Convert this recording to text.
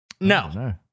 No